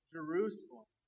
Jerusalem